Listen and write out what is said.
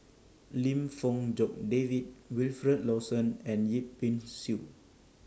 Lim Fong Jock David Wilfed Lawson and Yip Pin Xiu